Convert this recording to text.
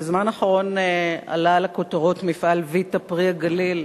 בזמן האחרון עלה לכותרות מפעל "ויטה פרי הגליל",